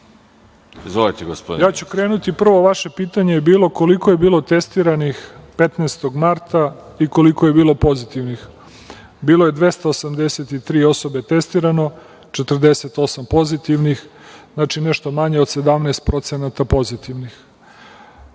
**Zlatibor Lončar** Ja ću krenuti, prvo vaše pitanje je bilo koliko je bilo testiranih 15. marta i koliko je bilo pozitivni. Bilo je 283 osobe testirano, 48 pozitivnih, znači nešto manje od 17% pozitivnih.